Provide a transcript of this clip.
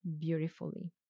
beautifully